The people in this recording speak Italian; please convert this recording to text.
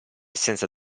senza